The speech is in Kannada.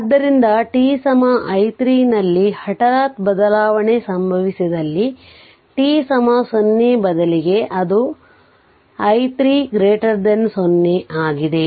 ಆದ್ದರಿಂದ t i 3 ನಲ್ಲಿ ಹಠಾತ್ ಬದಲಾವಣೆ ಸಂಭವಿಸಿದಲ್ಲಿ t 0 ಬದಲಿಗೆ ಅದು i 3 0 ಆಗಿದೆ